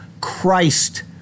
Christ